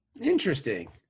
Interesting